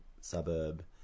suburb